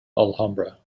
alhambra